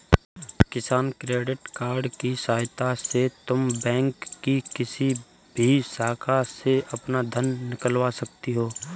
किसान credit card की सहायता से तुम बैंक की किसी भी शाखा से अपना धन निकलवा सकती हो